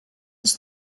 its